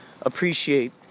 appreciate